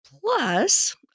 Plus